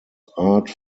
art